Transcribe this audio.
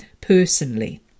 personally